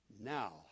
now